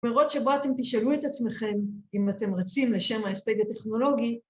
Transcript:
‫מרוץ שבו אתם תשאלו את עצמכם, ‫אם אתם רצים לשם ההשג הטכנולוגי...